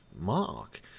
mark